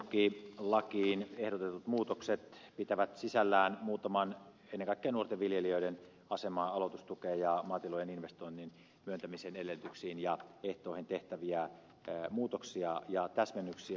nämä rakennetukilakiin ehdotetut muutokset pitävät sisällään muutamia ennen kaikkea nuorten viljelijöiden asemaan aloitustukeen ja maatilojen investoinnin myöntämisen edellytyksiin ja ehtoihin tehtäviä muutoksia ja täsmennyksiä